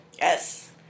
Yes